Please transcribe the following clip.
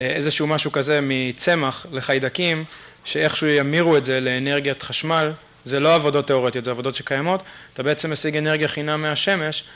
איזשהו משהו כזה מצמח לחיידקים שאיכשהו ימירו את זה לאנרגיית חשמל, זה לא עבודות תיאורטיות זה עבודות שקיימות, אתה בעצם משיג אנרגיה חינם מהשמש...